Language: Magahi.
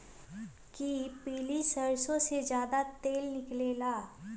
कि पीली सरसों से ज्यादा तेल निकले ला?